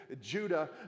Judah